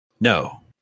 No